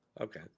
Okay